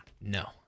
No